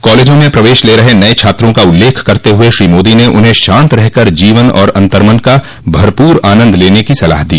कॉलेजों में प्रवेश ले रहे नए छात्रों का उल्लेख करते हुए श्री मोदी ने उन्हें शात रहकर जीवन और अन्तर्मन का भरपूर आनंद लेने की सलाह दी